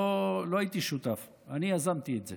לא הייתי שותף, אני יזמתי את זה